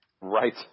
Right